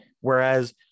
Whereas